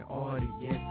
audience